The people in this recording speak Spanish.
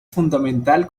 fundamental